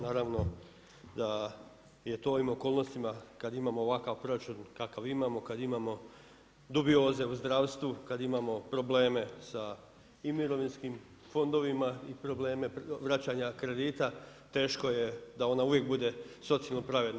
Naravno da je to u ovim okolnostima, kad imamo ovakav proračun kakav imamo, kad imamo dubioze u zdravstvu, kad imamo probleme i sa mirovinskim fondovima i probleme vraćanja kredita, teško je da ona uvijek bude socijalno pravedna.